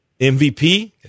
MVP